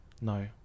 no